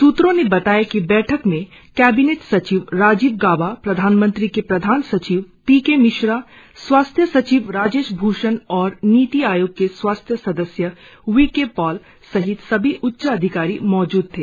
सूत्रों ने बताया कि बैठक में कैबिनेट सचिव राजीव गावा प्रधानमंत्री के प्रधान सचिव पी के मिश्रा स्वास्थ्य सचिव राजेश भ्रूषण और नीति आयोग के स्वास्थ्य सदस्य वी के पॉल सहित सभी उच्च अधिकारी मौजूद थे